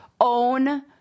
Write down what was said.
own